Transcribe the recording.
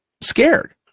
scared